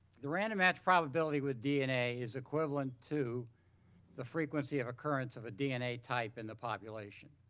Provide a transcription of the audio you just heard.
the random match probability with dna is equivalent to the frequency of occurrence of a dna type in the population.